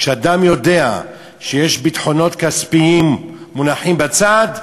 כשאדם יודע שיש ביטחונות כספיים שמונחים בצד,